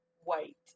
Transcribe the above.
White